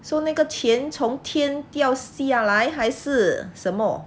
so 那个钱从天掉下来还是什么